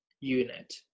unit